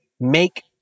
make